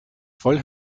voll